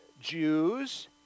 Jews